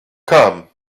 come